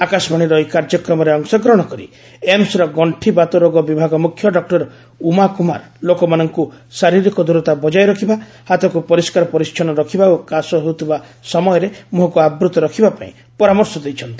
ଆକାଶବାଣୀର ଏହି କାର୍ଯ୍ୟକ୍ରମରେ ଅଂଶଗ୍ରହଣ କରି ଏମସ୍ର ଗଷ୍ଠିବାତରୋଗ ବିଭାଗ ମୁଖ୍ୟ ଡକ୍ର ଉମା କୁମାର ଲୋକମାନଙ୍କୁ ଶାରିରୀକ ଦୂରତା ବଜାୟ ରଖିବା ହାତକୁ ପରିଷ୍କାର ପରିଚ୍ଛନ୍ନ ରଖିବା ଓ କାଶ ହେଉଥିବା ସମୟରେ ମୁହଁକୁ ଆବୃତ୍ତ ରଖିବା ପାଇଁ ପରାମର୍ଶ ଦେଇଛନ୍ତି